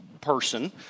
person